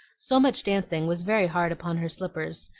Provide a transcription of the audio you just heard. so much dancing was very hard upon her slippers,